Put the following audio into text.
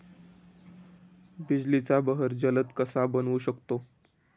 बिजलीचा बहर जलद कसा बनवू शकतो?